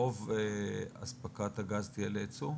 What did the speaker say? רוב אספקת הגז תהיה לייצוא?